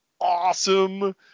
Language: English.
awesome